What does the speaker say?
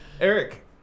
Eric